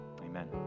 Amen